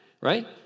right